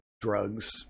drugs